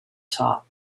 top